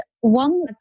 one